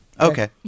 Okay